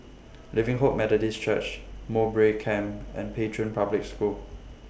Living Hope Methodist Church Mowbray Camp and Pei Chun Public School